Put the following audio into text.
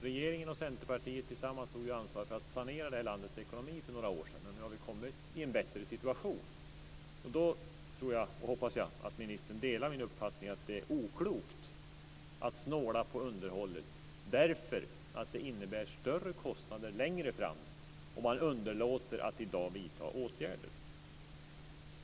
Regeringen och Centerpartiet tog tillsammans ansvar för att sanera landets ekonomi för några år sedan, och den har nu kommit i en bättre situation. Jag hoppas att ministern delar min uppfattning att det är oklokt att snåla på underhållet, eftersom det innebär större kostnader längre fram, om man underlåter att i dag vidta åtgärder.